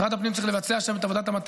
משרד הפנים צריך לבצע עכשיו את עבודת המטה